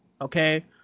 Okay